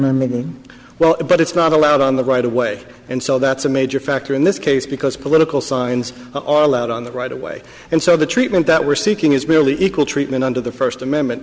maybe well but it's not allowed on the right of way and so that's a major factor in this case because political signs are allowed on the right away and so the treatment that we're seeking is merely equal treatment under the first amendment